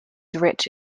rich